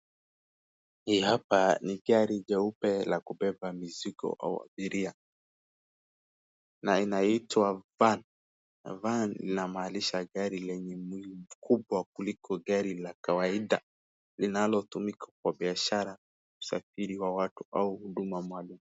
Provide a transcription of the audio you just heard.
Hii hapa ni gari jeupe la kubeba mizigo au abiria na inaitwa van . Van inamaanisha gari lenye mwili mkubwa kuliko gari la kawaida linalotumika kwa biashara, usafiri wa watu au huduma maalum.